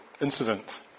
incident